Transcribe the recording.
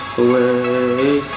away